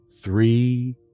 three